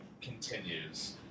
continues